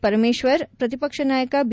ಪರಮೇಶ್ವರ್ ಪ್ರತಿಪಕ್ಷನಾಯಕ ಬಿ